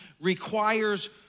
requires